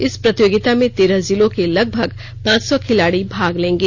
इस प्रतियोगिता में तेरह जिलों के लगभग पांच सौ खिलाड़ी भाग लेंगे